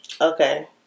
Okay